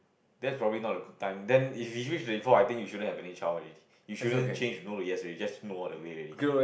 that's probably not a good time then if you reach thirty four I think you shouldn't have any child already you shouldn't change no to yes just no all the way already